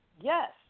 yes